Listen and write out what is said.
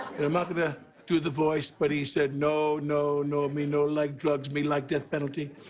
and i'm not going to do the voice, but he said no, no, no, me no like drugs. me like death penalty.